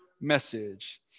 message